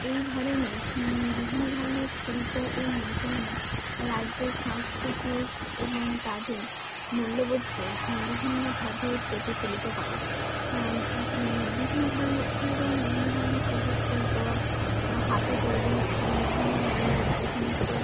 এই ধরনের বিভিন্ন ধরনের শিল্প ও নৈপুণ্য রাজ্যের সাংস্কৃতিক এবং তাদের মূল্যবোধকে বিভিন্নভাবে প্রতিফলিত করে বিভিন্ন ধরনের এছাড়াও যেমন বিভিন্ন ধরনের কুটির শিল্প হাতে তৈরি বিভিন্ন ধরনের যে সমস্ত